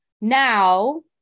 Now